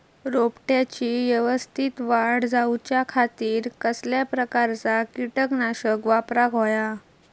रोपट्याची यवस्तित वाढ जाऊच्या खातीर कसल्या प्रकारचा किटकनाशक वापराक होया?